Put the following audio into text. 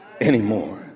anymore